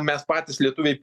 mes patys lietuviai